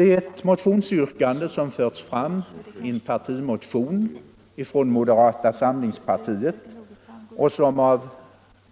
Ett motionsyrkande har förts fram i en partimotion från moderata samlingspartiet, vilket av